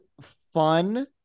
fun